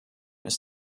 ist